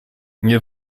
nie